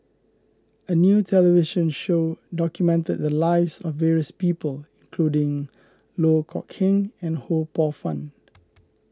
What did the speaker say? a new television show documented the lives of various people including Loh Kok Heng and Ho Poh Fun